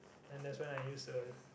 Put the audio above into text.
then that's when I use the